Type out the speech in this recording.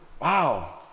wow